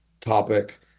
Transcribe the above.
topic